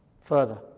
further